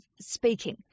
speaking